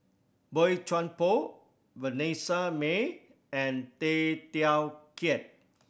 Boey Chuan Poh Vanessa Mae and Tay Teow Kiat